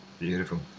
Beautiful